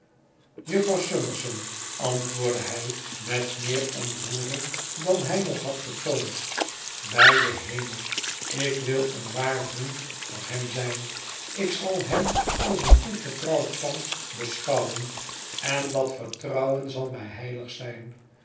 jufvrouw summerson antwoordde hij met meer ontroering dan hij nog had getoond bij den hemel ik wil een waar vriend voor hem zijn ik zal hem als een toevertrouwd pand beschouwen en dat vertrouwen zal mij heilig zijn